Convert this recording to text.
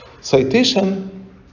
Citation